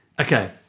Okay